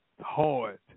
hard